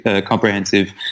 comprehensive